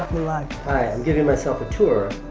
we're live. hi. i'm giving myself a tour